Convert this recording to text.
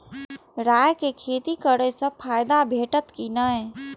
राय के खेती करे स फायदा भेटत की नै?